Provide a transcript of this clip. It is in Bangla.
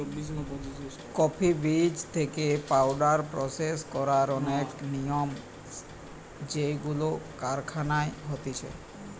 কফি বীজ থেকে পাওউডার প্রসেস করার অনেক নিয়ম যেইগুলো কারখানায় হতিছে